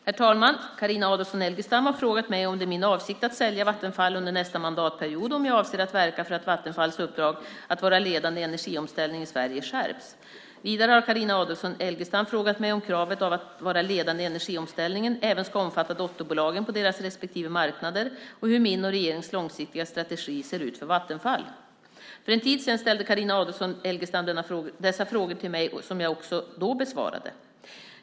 Herr talman! Carina Adolfsson Elgestam har frågat mig om det är min avsikt att sälja Vattenfall under nästa mandatperiod och om jag avser att verka för att Vattenfalls uppdrag att vara ledande i energiomställningen i Sverige skärps. Vidare har Carina Adolfsson Elgestam frågat mig om kravet på att vara ledande i energiomställningen även ska omfatta dotterbolagen på deras respektive marknader och hur min och regeringens långsiktiga strategi ser ut för Vattenfall. För en tid sedan ställde Carina Adolfsson Elgestam dessa frågor till mig som jag också då besvarade.